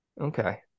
Okay